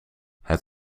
het